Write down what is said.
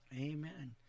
amen